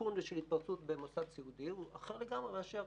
סיכון של התפרצות במוסד סיעודי הוא אחר לגמרי מאשר